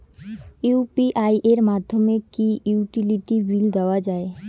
UPI এর মাধ্যমে কি ইউটিলিটি বিল দেওয়া যায়?